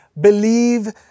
believe